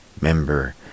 member